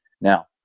now